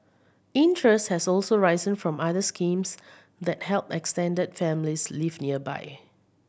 interest has also risen for other schemes that help extended families live nearby